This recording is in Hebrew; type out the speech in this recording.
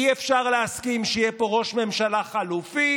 אי-אפשר להסכים שיהיה פה ראש ממשלה חלופי